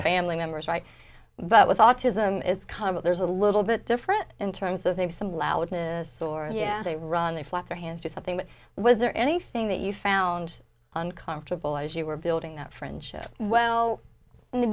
family members right but with autism is kind of there's a little bit different in terms of maybe some loudness or yeah they run they flap their hands to something that was there anything that you found uncomfortable as you were building that friendship well in the